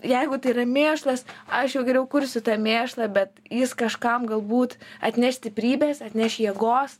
jeigu tai yra mėšlas aš jau geriau kursiu tą mėšlą bet jis kažkam galbūt atneš stiprybės atneš jėgos